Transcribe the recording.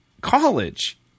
college